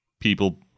People